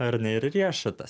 ar ne ir riešutas